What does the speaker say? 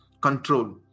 control